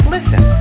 Listen